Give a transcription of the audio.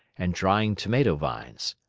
and drying tomato-vines.